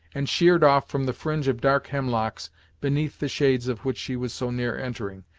and sheered off from the fringe of dark hemlocks beneath the shades of which she was so near entering,